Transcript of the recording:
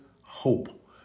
hope